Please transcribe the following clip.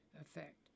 effect